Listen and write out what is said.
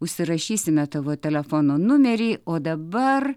užsirašysime tavo telefono numerį o dabar